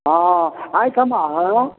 हँ एहिठाम